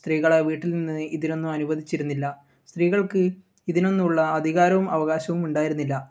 സ്ത്രീകളെ വീട്ടിൽ നിന്നും ഇതിനൊന്നും അനുവദിച്ചിരുന്നില്ല സ്ത്രീകൾക്ക് ഇതിനൊന്നും ഉള്ള അധികാരവും അവകാശവും ഉണ്ടായിരുന്നില്ല